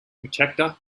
protector